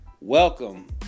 Welcome